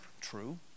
true